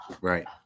right